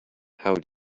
how